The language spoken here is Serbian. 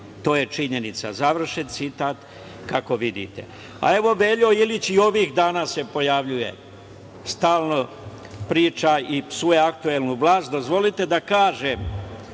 To je činjenica“, završen citat, kako vidite. Evo, Velja Ilić se i ovih dana pojavljuje, stalno priča i psuje aktuelnu vlast. Dozvolite da kažem,